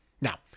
Now